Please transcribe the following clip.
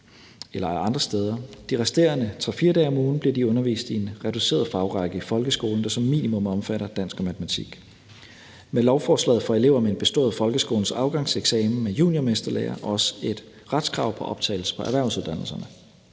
de resterende 3-4 dage bliver de undervist i en reduceret fagrække i folkeskolen, der som minimum omfatter dansk og matematik. Med lovforslaget får elever med en bestået folkeskolens afgangseksamen med juniormesterlære også et retskrav på optagelse på erhvervsuddannelserne.